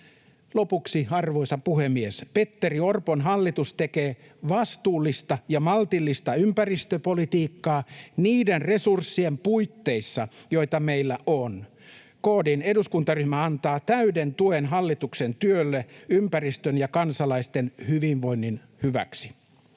Lopuksi, arvoisa puhemies, Petteri Orpon hallitus tekee vastuullista ja maltillista ympäristöpolitiikkaa niiden resurssien puitteissa, joita meillä on. KD:n eduskuntaryhmä antaa täyden tuen hallituksen työlle ympäristön ja kansalaisten hyvinvoinnin hyväksi.